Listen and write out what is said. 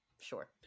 Sure